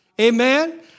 Amen